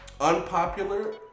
unpopular